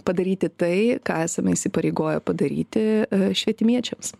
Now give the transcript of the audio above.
padaryti tai ką esame įsipareigoję padaryti švietmiečiams